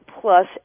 plus